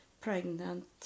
pregnant